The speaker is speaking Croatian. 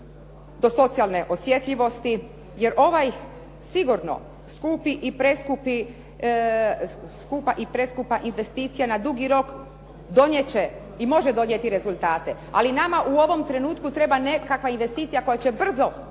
do socijalne osjetljivosti, jer ovaj sigurno skupa i preskupa investicija na dugi rok donijet će i može donijeti rezultate, ali nama u ovom trenutku treba nekakva investicija koja će brzo vratiti